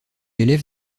élève